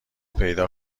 پیدا